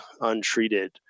untreated